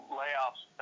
layoffs